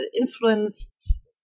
influenced